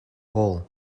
hall